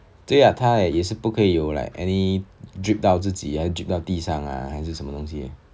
对呀他也是不可以有 like any drip 到自己还是 drip 到地上 lah 还是什么东西